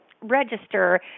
register